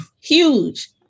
huge